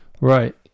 Right